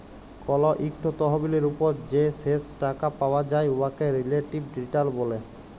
call ইকট তহবিলের উপর যে শেষ টাকা পাউয়া যায় উয়াকে রিলেটিভ রিটার্ল ব্যলে